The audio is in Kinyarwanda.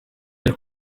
yari